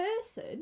person